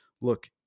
look